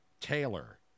Taylor